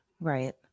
Right